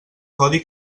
codi